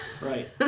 right